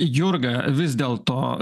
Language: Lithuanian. jurga vis dėl to